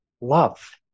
love